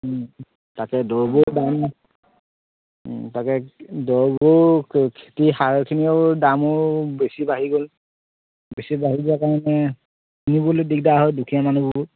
তাকে দৰৱবোৰো দাম তাকে দৰৱবোৰো খেতিৰ সাৰখিনি দামো বেছি বাঢ়ি গ'ল বেছি বাঢ়ি যোৱাৰ কাৰণে কিনিবলৈ দিগদাৰ হয় দুখীয়া মানুহবোৰ